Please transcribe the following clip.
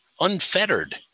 unfettered